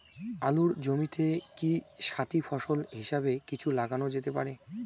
আলুর জমিতে কি সাথি ফসল হিসাবে কিছু লাগানো যেতে পারে?